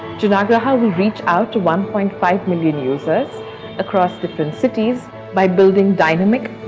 janaagraha will reach out to one point five million users across different cities by building dynamic,